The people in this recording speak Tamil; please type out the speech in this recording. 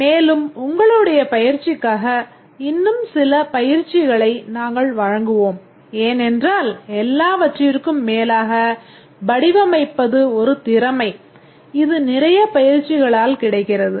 மேலும் உங்களுடைய பயிற்சிக்காக இன்னும் சில பயிற்சிகளை நாங்கள் வழங்குவோம் ஏனென்றால் எல்லாவற்றிற்கும் மேலாக வடிவமைப்பது ஒரு திறமை இது நிறைய பயிற்சிகளால் கிடைக்கிறது